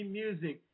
music